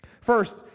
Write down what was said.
First